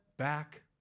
Back